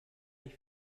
ich